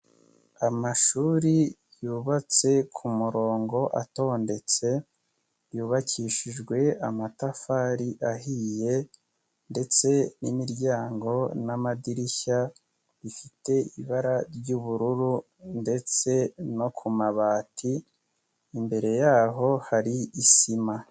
Amashuri yubatse ku murongo atondetse, yubakishijwe amatafari ahiye ndetse n'imiryango n'amadirishya bifite ibara ry'ubururu ndetse no ku mabati, imbere yaho hari isima.